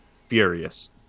furious